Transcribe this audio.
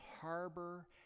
harbor